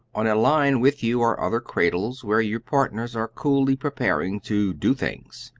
on a line with you are other cradles, where your partners are coolly preparing to do things.